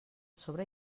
sobre